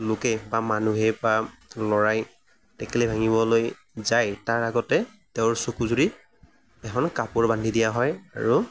লোকে বা মানুহে বা ল'ৰাই টেকেলি ভাঙিবলৈ যায় তাৰ আগতে তেওঁৰ চকুজুৰিত এখন কাপোৰ বান্ধি দিয়া হয় আৰু